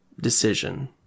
decision